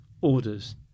orders